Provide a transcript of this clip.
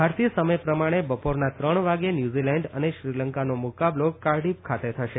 ભારતીય સમય પ્રમાણે બપોરના ત્રણ વાગે ન્યુઝીલેન્ડ અને શ્રીલંકાનો મુકાબલો કાર્ડીફ ખાતે થશે